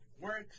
works